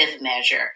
measure